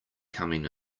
coming